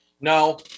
No